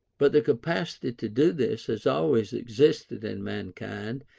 but the capacity to do this has always existed in mankind,